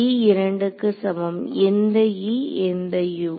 e 2 க்கு சமம் எந்த e எந்த U